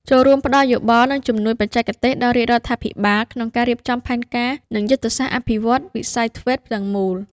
ចូលរួមផ្តល់យោបល់ និងជំនួយបច្ចេកទេសដល់រាជរដ្ឋាភិបាលក្នុងការរៀបចំផែនការ និងយុទ្ធសាស្ត្រអភិវឌ្ឍន៍វិស័យ ធ្វេត TVET ទាំងមូល។